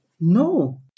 no